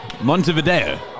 Montevideo